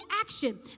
action